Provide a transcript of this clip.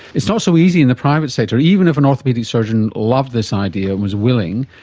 it's not so easy in the private sector, even if an orthopaedic surgeon loved this idea and was willing,